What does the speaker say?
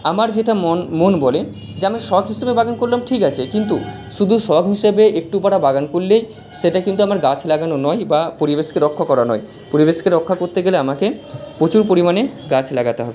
আমার যেটা মন মন বলে যে আমি হিসেবে বাগান করলাম ঠিক আছে কিন্তু শুধু শখ হিসেবে একটু পারা বাগান করলেই সেটা কিন্তু আমার গাছ লাগানো নয় বা পরিবেশকে রক্ষা করা নয় পরিবেশকে রক্ষা করতে গেলে আমাকে প্রচুর পরিমাণে গাছ লাগাতে হবে